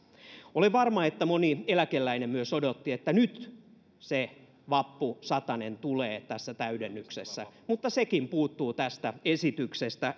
olen varma että moni eläkeläinen myös odotti että nyt se vappusatanen tulee tässä täydennyksessä mutta sekin puuttuu tästä esityksestä